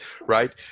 right